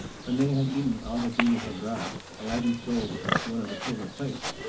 when they had eaten all the genie had brought, aladdin sold one of the silver plates,